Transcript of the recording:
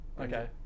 okay